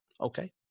Okay